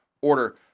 order